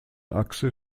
achse